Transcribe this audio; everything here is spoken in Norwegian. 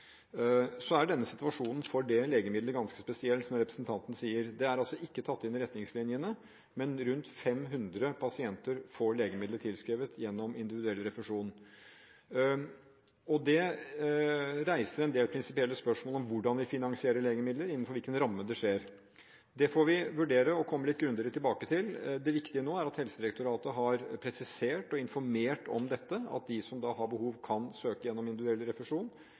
Så er situasjonen for det legemiddelet ganske spesiell, som representanten sier. Det er altså ikke tatt inn i retningslinjene, men rundt 500 pasienter får legemiddelet forskrevet gjennom individuell refusjon. Det reiser en del prinsipielle spørsmål om hvordan vi finansierer legemidler, og innenfor hvilken ramme det skjer. Det får vi vurdere å komme litt grundigere tilbake til. Det viktige nå er at Helsedirektoratet har presisert dette og informert om dette, og at de som har behov, kan søke om individuell refusjon.